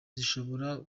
zishobora